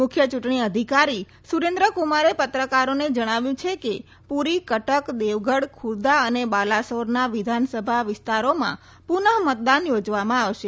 મુખ્ય ચૂંટણી અધિકારી સુરેન્દ્રકુમારે પત્રકારોને જણાવ્યું છે કે પુરી કટક દેવગઢ ખુરદા અને બાલાસોરના વિધાનસભા વિસ્તારોમાં પુનઃ મતદાન યોજવામાં આવશે